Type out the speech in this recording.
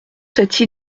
cette